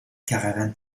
caravane